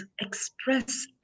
express